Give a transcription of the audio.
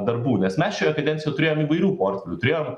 darbų nes mes šioje kadencijoje turėjom įvairių portfelių turėjom